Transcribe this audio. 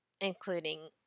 including